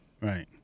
right